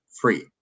free